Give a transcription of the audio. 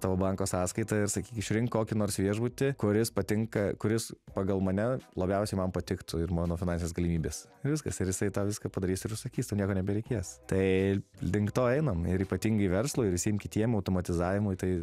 tavo banko sąskaitą ir sakyk išrink kokį nors viešbutį kuris patinka kuris pagal mane labiausiai man patiktų ir mano finansinės galimybės viskas ir jisai tą viską padarys ir užsakys tau nieko nebereikės tai link to einam ir ypatingai verslui ir visiem kitiem automatizavimui tai